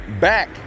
back